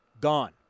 Gone